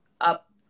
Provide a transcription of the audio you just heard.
up